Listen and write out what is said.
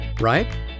right